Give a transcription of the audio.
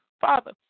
Father